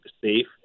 safe